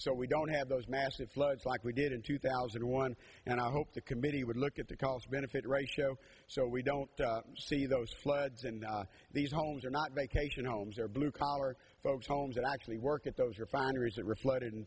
so we don't have those massive floods like we did in two thousand and one and i hope the committee would look at the cost benefit ratio so we don't see those floods in these homes are not vacation homes are blue collar folks homes that actually work at those refineries that reflected in